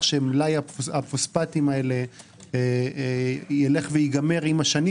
שמלאי הפוספטים האלה ילך וייגמר עם השנים.